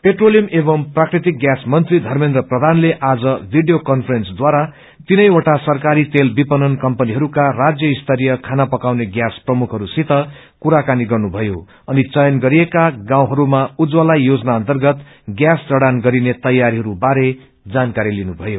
petroleum एवम् प्राकृतिक gas मंत्री धमेन्द्र प्रधानले आज वीडियो कान्फ्रेन्स द्वारा तीनै वटा सरकारी तेल विपणन कम्पनीहरूका राज्य स्तरीय खाना पकाउने ग्यास प्रमुखहरू सित कुराकानी गर्नुभयो अनि चयन गरिएका गाउँहरूमा उज्जवला योजना अर्न्तगत ग्यास जड़ान गरिने तेयारीहरूबारे जानकारी लिनुभयो